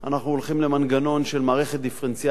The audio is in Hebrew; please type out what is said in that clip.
אנחנו הולכים למנגנון של מערכת דיפרנציאלית